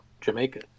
Jamaica